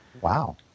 Wow